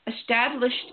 established